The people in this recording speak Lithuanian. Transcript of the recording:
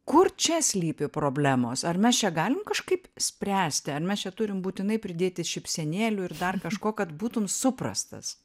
kur čia slypi problemos ar mes čia galim kažkaip spręsti ar mes čia turim būtinai pridėti šypsenėlių ir dar kažko kad būtum suprastas